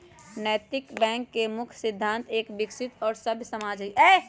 नैतिक बैंक के मुख्य सिद्धान्त एक विकसित और सभ्य समाज हई